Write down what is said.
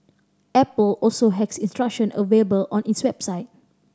Apple also has instruction available on its website